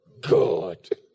good